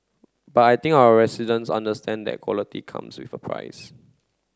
but I think our residents understand that quality comes with a price